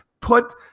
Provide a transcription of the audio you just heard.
put